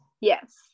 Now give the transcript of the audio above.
Yes